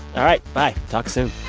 all right. bye. talk soon